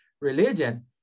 religion